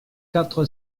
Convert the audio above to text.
quatre